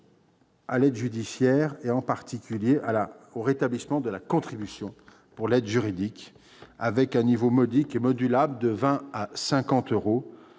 à l'aide judiciaire et, en particulier, le rétablissement de la contribution pour l'aide juridique, à un niveau modique et modulable, de 20 à 50 euros,